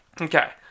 okay